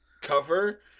cover